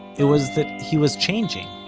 it was that he was changing.